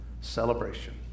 celebration